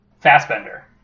Fassbender